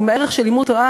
עם הערך של לימוד תורה,